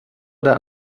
oder